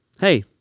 hey